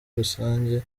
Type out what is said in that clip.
rusange